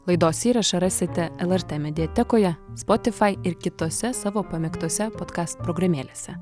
laidos įrašą rasite lrt mediatekoje spotifai ir kitose savo pamėgtose podkast programėlėse